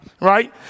right